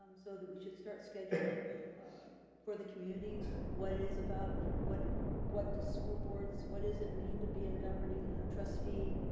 um so that we should start scheduling for the community what is about, what what does school boards, what does it mean to be a governing trustee,